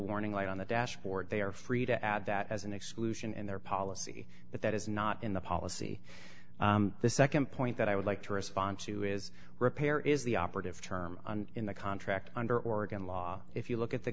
warning light on the dashboard they are free to add that as an exclusion in their policy but that is not in the policy the nd point that i would like to respond to is repair is the operative term in the contract under oregon law if you look at the